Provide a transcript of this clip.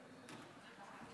בבקשה, אדוני.